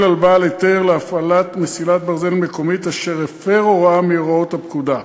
על בעל היתר להפעלת מסילת ברזל מקומית אשר הפר הוראה מהוראות הפקודה.